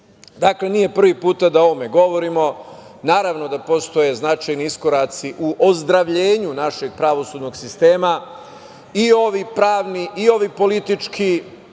nije prvi put da o ovome govorimo, naravno da postoje značajni iskoraci u ozdravljenju našeg pravosudnog sistema, i ovi pravni i ovi politički,